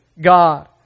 God